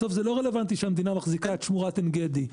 בסוף זה לא רלבנטי שהמדינה מחזיקה את שמורת עין-גדי.